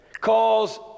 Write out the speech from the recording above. Calls